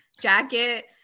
jacket